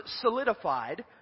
solidified